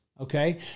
Okay